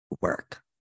work